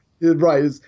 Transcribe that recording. Right